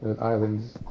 islands